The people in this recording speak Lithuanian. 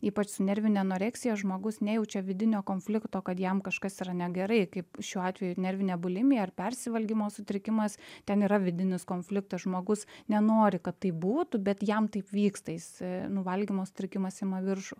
ypač su nervinė anoreksija žmogus nejaučia vidinio konflikto kad jam kažkas yra negerai kaip šiuo atveju nervinė bulimija ar persivalgymo sutrikimas ten yra vidinis konfliktas žmogus nenori kad taip būtų bet jam taip vyksta jis nu valgymo sutrikimas ima viršų